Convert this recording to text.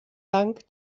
dank